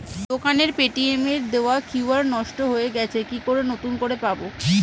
দোকানের পেটিএম এর দেওয়া কিউ.আর নষ্ট হয়ে গেছে কি করে নতুন করে পাবো?